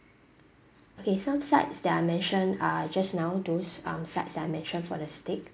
okay some sides that I mentioned uh just now those um sides I mentioned for the steak